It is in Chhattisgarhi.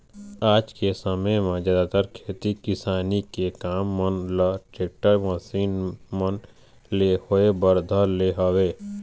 आज के समे म जादातर खेती किसानी के काम मन ल टेक्टर, मसीन मन ले होय बर धर ले हवय